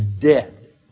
dead